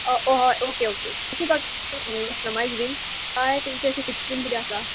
होय होय okay okay customize बीन कांय तुमचे अशें फिक्स बीन किदें आसा